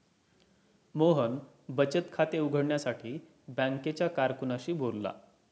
मोहन बचत खाते उघडण्यासाठी बँकेच्या कारकुनाशी बोलला